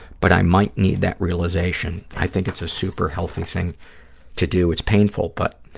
but i might need that realization. i think it's a super-healthy thing to do. it's painful, but